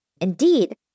Indeed